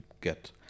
get